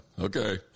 okay